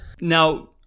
Now